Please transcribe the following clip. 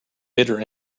bitter